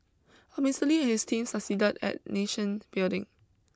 but Mister Lee and his team succeeded at nation building